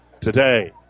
today